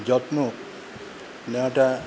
যত্ন নেওয়াটা